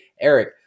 Eric